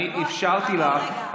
אני אפשרתי לך,